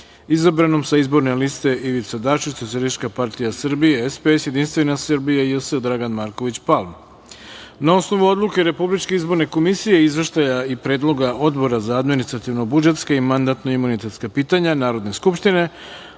izabranom sa Izborne liste IVICA DAČIĆ – „Socijalistička partija Srbije (SPS), Jedinstvena Srbija (JS) – Dragan Marković Palma“.Na osnovu Odluke Republičke izborne komisije i Izveštaja i predloga Odbora za administrativno-budžetska i mandatno-imunitetska pitanja Narodne skupštine,